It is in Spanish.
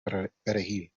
perejil